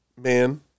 man